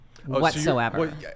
Whatsoever